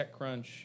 TechCrunch